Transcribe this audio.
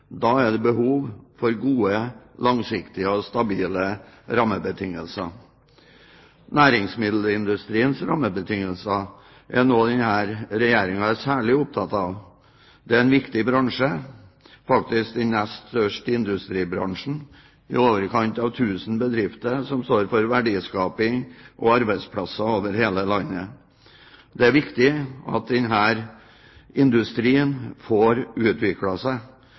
Da er det behov for gode, langsiktige og stabile rammebetingelser. Næringsmiddelindustriens rammebetingelser er noe denne regjeringen er særlig opptatt av. Det er en viktig bransje, faktisk den nest største industribransjen, i overkant av 1000 bedrifter som står for verdiskaping og arbeidsplasser over hele landet. Det er viktig at denne industrien får utviklet seg,